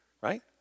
right